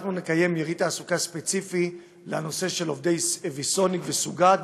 אנחנו נקיים יריד תעסוקה ספציפי לנושא של עובדי ויסוניק וסוגת,